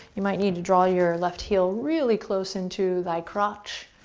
you might need to draw your left heel really close into thy crotch.